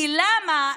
למה?